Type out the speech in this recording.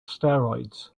steroids